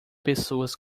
pessoas